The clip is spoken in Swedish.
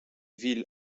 vill